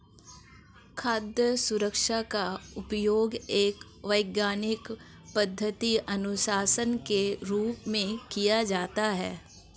खाद्य सुरक्षा का उपयोग एक वैज्ञानिक पद्धति अनुशासन के रूप में किया जाता है